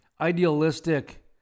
idealistic